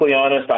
honest